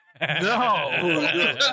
No